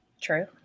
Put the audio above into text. True